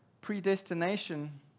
predestination